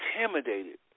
intimidated